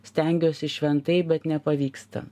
stengiuosi šventai bet nepavyksta